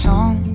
song